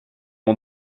mon